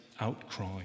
outcry